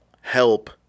help